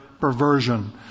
perversion